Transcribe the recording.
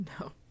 No